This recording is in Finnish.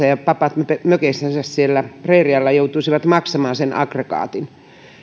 ja papat mökeissänsä siellä preerialla joutuisivat maksamaan sen aggregaatin